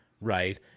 right